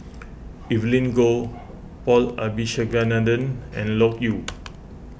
Evelyn Goh Paul Abisheganaden and Loke Yew